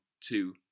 two